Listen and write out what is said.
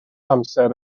amser